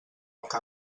que